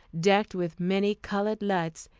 decked with many-colored lights,